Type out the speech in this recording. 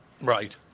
Right